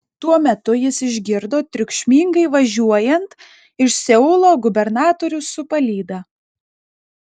tuo metu jis išgirdo triukšmingai važiuojant iš seulo gubernatorių su palyda